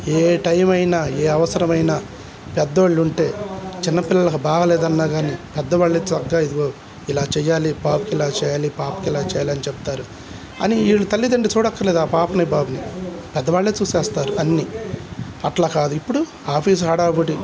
ఏ time అయినా ఏ అవసరమైనా పెద్దవాళ్ళు ఉంటే చిన్నపిల్లలలకు బాగోలేదన్నా కానీ పెద్దవాళ్ళు తగ్గా ఇదే ఇలా చేయాలి పాపకి ఇలా చేయాలి పాపకి ఇలా చేయాలని చెబుతారు అని వీడు తల్లిదండి చూడక్కరలేదు ఆ పాపని పాపని పెద్దవాళ్ళే చూసేస్తారు అన్ని అట్లా కాదు ఇప్పుడు ఆఫీస్ హడావిడి